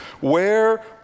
Where